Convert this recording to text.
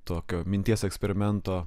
tokio minties eksperimento